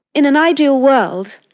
in an ideal world,